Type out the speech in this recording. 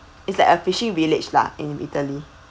it's like a fishing village lah in italy